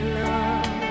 love